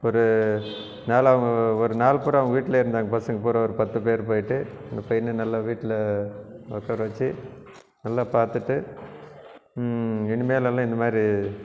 ஒரு நாளாகவும் ஒரு நாள் பூரா அவங்க வீட்டில் இருந்தாங்க பசங்கள் பூரா ஒரு பத்து பேர் போய்விட்டு அந்த பையனை நல்லா வீட்டில் உக்கார வெச்சு நல்லா பார்த்துட்டு இனிமேல் எல்லாம் இந்தமாதிரி